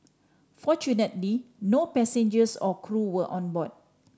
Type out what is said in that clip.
fortunately no passengers or crew were on board